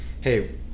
hey